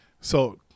so-